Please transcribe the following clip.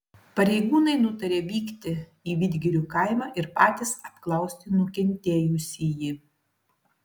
pareigūnai nutarė vykti į vidgirių kaimą ir patys apklausti nukentėjusįjį